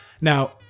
Now